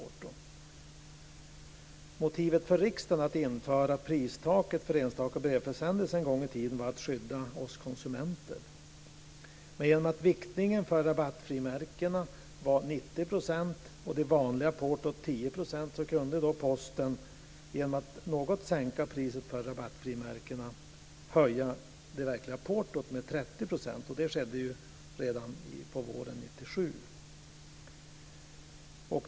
Motivet för riksdagen att införa pristaket för enstaka brevförsändelser en gång i tiden var att skydda oss konsumenter. Genom att viktningen för rabattfrimärkena var 90 % och det vanliga portot 10 % kunde Posten genom att något sänka priset för rabattfrimärkena höja det verkliga portot med 30 %. Det skedde ju redan på våren 1997.